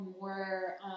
more